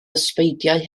ysbeidiau